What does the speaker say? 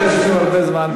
אני ואתה יושבים הרבה זמן,